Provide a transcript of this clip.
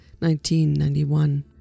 1991